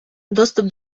доступ